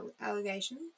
allegations